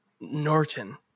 Norton